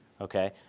okay